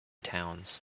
towns